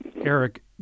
Eric